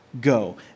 go